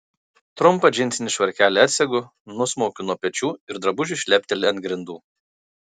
trumpą džinsinį švarkelį atsegu nusmaukiu nuo pečių ir drabužis šlepteli ant grindų